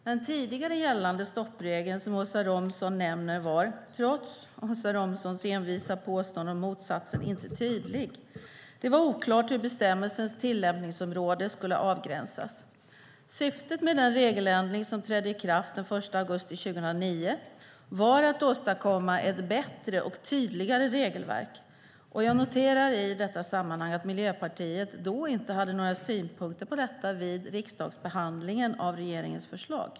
Den tidigare gällande stoppregeln som Åsa Romson nämner var, trots Åsa Romsons envisa påståenden om motsatsen, inte tydlig. Det var oklart hur bestämmelsens tillämpningsområde skulle avgränsas. Syftet med den regeländring som trädde i kraft den 1 augusti 2009 var att åstadkomma ett bättre och tydligare regelverk. Jag noterar i detta sammanhang att Miljöpartiet då inte hade några synpunkter på detta vid riksdagsbehandlingen av regeringens förslag.